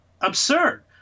absurd